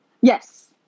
Yes